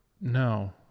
No